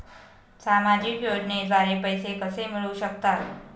सामाजिक योजनेद्वारे पैसे कसे मिळू शकतात?